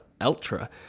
ultra